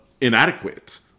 inadequate